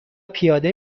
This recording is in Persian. پیاده